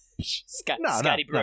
Scotty